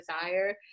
Desire